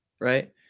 Right